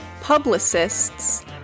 publicists